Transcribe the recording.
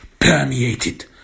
permeated